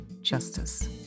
justice